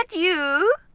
you?